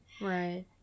Right